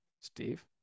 Steve